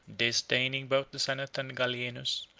disdaining both the senate and gallienus,